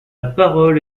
parole